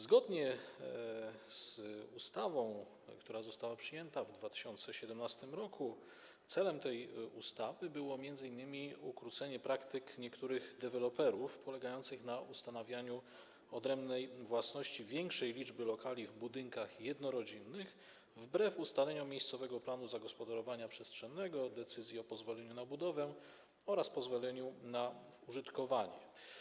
Zgodnie z ustawą, która została przyjęta w 2017 r., celem tej ustawy było m.in. ukrócenie praktyk niektórych deweloperów, polegających na ustanawianiu odrębnej własności większej liczby lokali w budynkach jednorodzinnych wbrew ustaleniom miejscowego planu zagospodarowania przestrzennego, decyzji o pozwoleniu na budowę oraz pozwoleniu na użytkowanie.